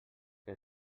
que